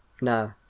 No